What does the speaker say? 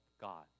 God